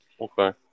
Okay